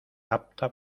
apta